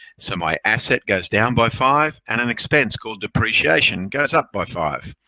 so my asset goes down by five and then expense, called depreciation, goes up by five.